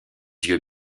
yeux